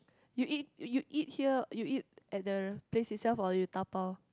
you eat you eat here you eat at the place itself or you dabao